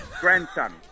grandson